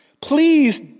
Please